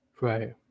right